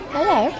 Hello